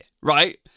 right